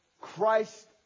Christ